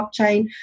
blockchain